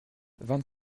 vingt